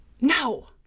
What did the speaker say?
No